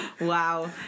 Wow